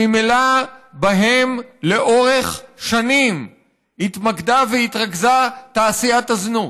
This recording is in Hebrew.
שממילא בהן לאורך שנים התמקדה והתרכזה תעשיית הזנות,